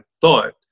thought